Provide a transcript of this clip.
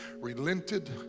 relented